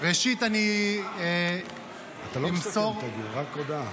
ראשית אני אמסור --- אתה לא מסכם, רק הודעה.